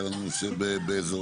היה לנו נושא באזורי